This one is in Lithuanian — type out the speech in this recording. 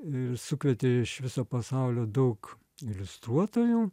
ir sukvietė iš viso pasaulio daug iliustruotojų